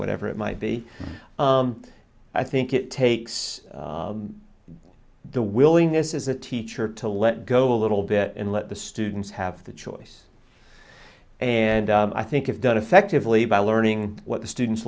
whatever it might be i think it takes the willingness is a teacher to let go a little bit and let the students have the choice and i think it's done effectively by learning what the student